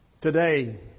Today